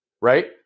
right